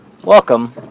Welcome